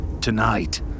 Tonight